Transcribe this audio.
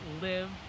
live